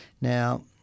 Now